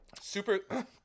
Super